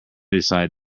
decided